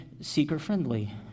seeker-friendly